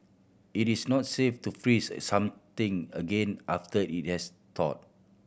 it is not safe to freeze something again after it has thawed